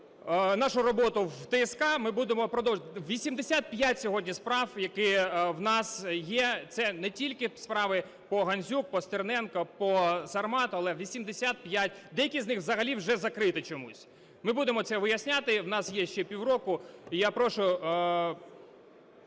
нашу роботу в ТСК. Ми будемо продовжувати… 85 сьогодні справ, які в нас є. Це не тільки справи по Гандзюк, по Стерненку, по "Сармату". Але 85. Деякі з них взагалі вже закриті чомусь. Ми будемо це виясняти. В нас є ще півроку. І я прошу…